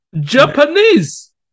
japanese